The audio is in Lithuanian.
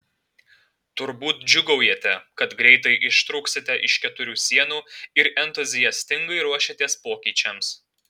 turbūt džiūgaujate kad greitai ištrūksite iš keturių sienų ir entuziastingai ruošiatės pokyčiams